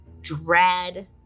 dread